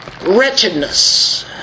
Wretchedness